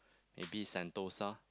maybe sentosa